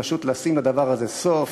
פשוט לשים לדבר הזה סוף,